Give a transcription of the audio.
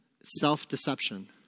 self-deception